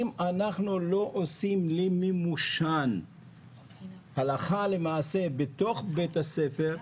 אם אנחנו לא עושים למימושן הלכה למעשה בתוך בית הספר,